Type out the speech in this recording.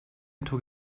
took